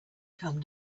come